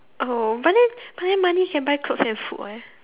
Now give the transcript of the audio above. oh but then but then money can buy clothes and food [what]